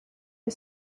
you